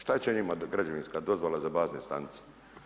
Šta će njima građevinska dozvola za bazne stanice?